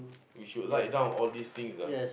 we should write down all these things ah